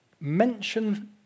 Mention